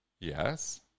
Yes